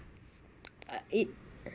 but it